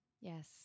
Yes